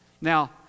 Now